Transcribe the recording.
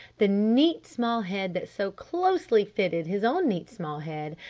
the neat small head that so closely fitted his own neat small head,